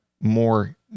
more